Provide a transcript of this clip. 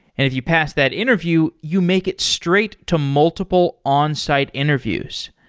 if you pass that interview, you make it straight to multiple on-site interviews.